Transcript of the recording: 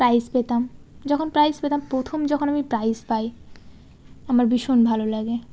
prize পেতাম যখন prize পেতাম প্রথম যখন আমি প্রাইজ পাই আমার ভীষণ ভালো লাগে